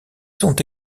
sont